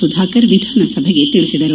ಸುಧಾಕರ್ ವಿಧಾನಸಭೆಗೆ ತಿಳಿಸಿದರು